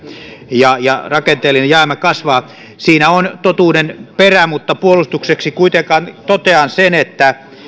ja ja rakenteellinen jäämä kasvaa siinä on totuuden perä mutta puolustukseksi kuitenkin totean sen että